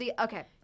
Okay